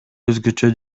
өзгөчө